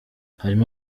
harimo